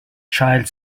child